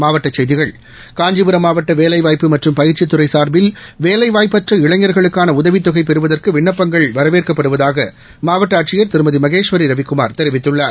மாவட்டச் செய்திகள் காஞ்சிபுரம் மாவட்ட வேலைவாய்ப்பு மற்றும் பயிற்சித்துறை சார்பில் வேலை வாய்ப்பற்ற இளைஞர்களுக்கான உதவித் தொகை பெறுவதற்கு விண்ணப்பங்கள் வரவேற்கப்படுவதாக மாவட்ட ஆட்சியர் திருமதி மகேஸ்வரி ரவிக்குமார் தெரிவித்துள்ளார்